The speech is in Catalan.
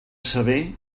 saber